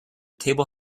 table